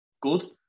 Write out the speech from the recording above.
good